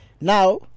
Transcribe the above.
Now